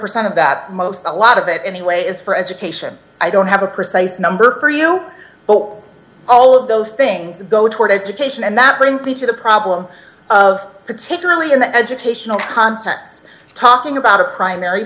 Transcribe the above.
percent of that most a lot of it anyway is for education i don't have a precise number for you but all of those things go toward education and that brings me to the problem of particularly in the educational context talking about a primary